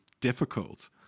difficult